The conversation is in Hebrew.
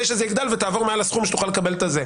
שזה יגדל ותעבור מעל הסכום שתוכל לקבל את הזה.